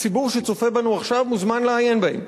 הציבור שצופה בנו עכשיו מוזמן לעיין בהם.